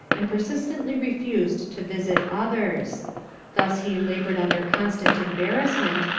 and persistently refused to visit others thus he laboured under constant embarrassment,